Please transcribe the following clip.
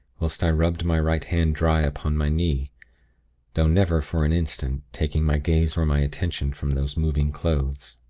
whilst i rubbed my right hand dry upon my knee though never, for an instant, taking my gaze or my attention from those moving clothes.